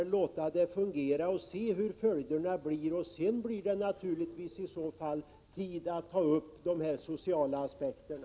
Låt oss därför först se vilka följderna av spelet blir sedan det fungerat en tid. Därefter blir det tid att diskutera de sociala aspekterna.